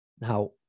Now